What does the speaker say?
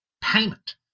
payment